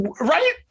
right